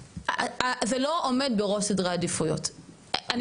אז זה לא עומד בראש סדר העדיפויות שלכם,